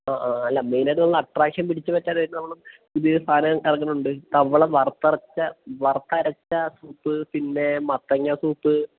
ആ ആ അല്ല മെയ്നായിട്ട് നമ്മൾ അട്രാക്ഷൻ പിടിച്ച് പറ്റാനായിട്ട് നമ്മൾ പുതിയ സാധനം ഇറങ്ങുന്നുണ്ട് തവള വറുത്തരച്ച വറുത്തരച്ച സൂപ്പ് പിന്നെ മത്തങ്ങാ സൂപ്പ്